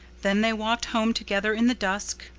then they walked home together in the dusk,